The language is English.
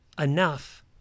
enough